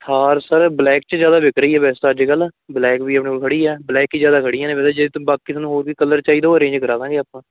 Thar sir black 'ਚ ਜ਼ਿਆਦਾ ਵਿਕ ਰਹੀ ਹੈ ਵੈਸੇ ਤਾਂ ਅੱਜ ਕੱਲ੍ਹ ਬਲੈਕ ਵੀ ਆਪਣੇ ਕੋਲ ਖੜ੍ਹੀ ਹੈ ਬਲੈਕ ਹੀ ਜ਼ਿਆਦਾ ਖੜ੍ਹੀਆਂ ਨੇ ਵੈਸੇ ਜੇ ਬਾਕੀ ਤੁਹਾਨੂੰ ਹੋਰ ਵੀ ਕਲਰ ਚਾਹੀਦਾ ਉਹ ਅਰੇਂਜ ਕਰਾ ਦੇਵਾਂਗੇ ਆਪਾਂ